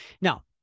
Now